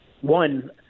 One